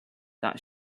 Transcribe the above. that